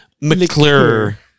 mcclure